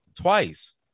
twice